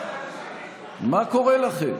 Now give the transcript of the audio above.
מה קורה לכם?